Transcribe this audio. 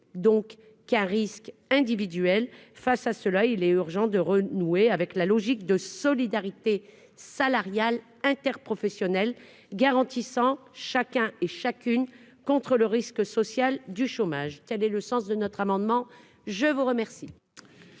donc qui a risques individuels face à cela, il est urgent de renouer avec la logique de solidarité salariale interprofessionnelle garantissant chacun et chacune, contre le risque social du chômage telle et le sens de notre amendement, je vous remercie.